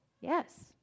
Yes